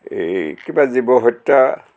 এই কিবা জীৱ হত্যা